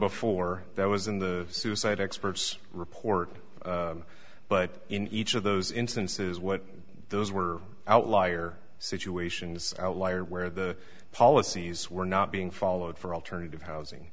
before there was in the suicide expert's report but in each of those instances what those were outlier situations outlier where the policies were not being followed for alternative housing